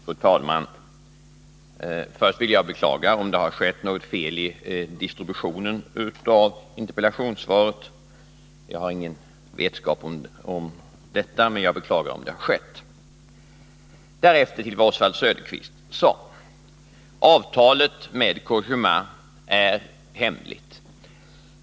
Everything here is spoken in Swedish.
Fru talman! Först vill jag beklaga om det skett något fel i distributionen av Måndagen den interpellationssvaret. Jag har ingen vetskap om detta. 24 november 1980 Därefter övergår jag till att kommentera vad Oswald Söderqvist sade. SNR NER Avtalet med Cogéma är hemligt.